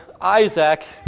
Isaac